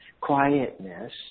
quietness